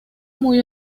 muy